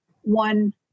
one